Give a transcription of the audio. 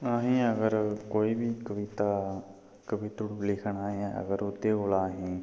असें अगर कोई बी कविता कवितड़ू लिखना ऐ अगर उं'दे कोला अहें